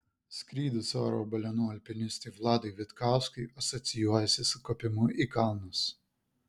skrydis oro balionu alpinistui vladui vitkauskui asocijuojasi su kopimu į kalnus